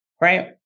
right